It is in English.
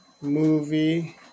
movie